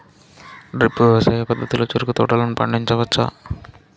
drip వ్యవసాయ పద్ధతిలో చెరుకు తోటలను పండించవచ్చా